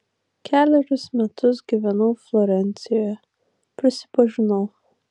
kelerius metus gyvenau florencijoje prisipažinau